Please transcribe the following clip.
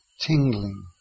tingling